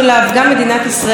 אנחנו עדיין בתוכו,